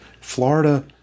Florida